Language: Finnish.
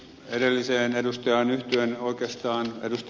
edelliseen edustajaan yhtyen oikeastaan ed